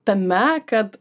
tame kad